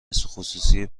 خصوصی